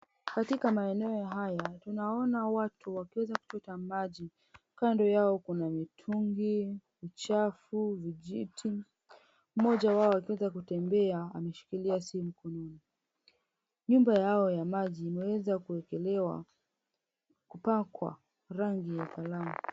Katika maeneo haya tunaona watu wakiweza kuchota maji kando yao kuna mitungi michafu, vijiti mmoja wao akiweza kutembea ameshikilia simu mkononi. Nyumba yao ya maji imeweza kuwekelewa kupakwa rangi ya kalamu